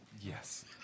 Yes